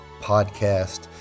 Podcast